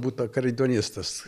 būt akordeonistas